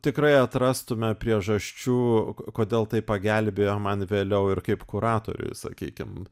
tikrai atrastume priežasčių kodėl tai pagelbėjo man vėliau ir kaip kuratoriui sakykim